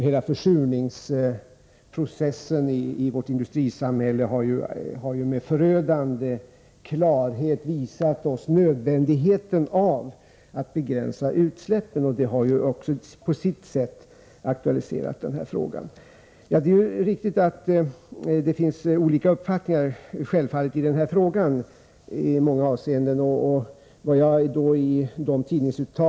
Hela försurningsprocessen i vårt industrisamhälle har med förödande klarhet visat oss nödvändigheten av att begränsa utsläppen. Detta har också på sitt sätt aktualiserat den här frågan. Det är riktigt att det finns olika uppfattningar i denna fråga i många avseenden, och det är självklart.